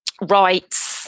rights